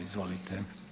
Izvolite.